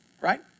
Right